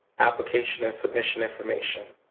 application and submission information,